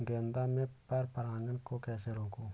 गेंदा में पर परागन को कैसे रोकुं?